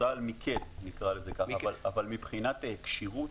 צה"ל מיקד, נקרא לזה ככה, אבל מבחינת כשירות